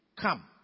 Come